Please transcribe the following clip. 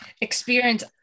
experience